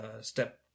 step